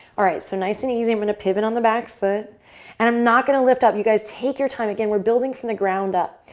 all right, so nice and easy. i'm going to pivot on the back foot and i'm not going to lift up. you guys take your time. again, we're building from the ground up.